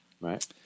Right